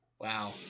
Wow